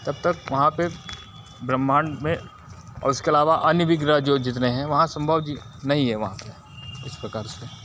तब तक वहाँ पे ब्रह्मांड में और उसके अलावा अन्य भी गृह जो जितने हैं वहाँ संभव जि नहीं है वहाँ पे इस प्रकार से